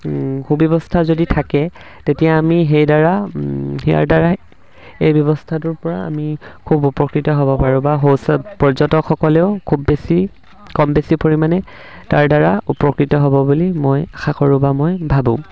সুব্যৱস্থা যদি থাকে তেতিয়া আমি সেইদ্বাৰা দ্বাৰাই এই ব্যৱস্থাটোৰ পৰা আমি খুব উপকৃত হ'ব পাৰোঁ বা পৰ্যটকসকলেও খুব বেছি কম বেছি পৰিমাণে তাৰ দ্বাৰা উপকৃত হ'ব বুলি মই আশা কৰোঁ বা মই ভাবোঁ